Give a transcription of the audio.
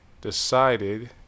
decided